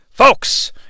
Folks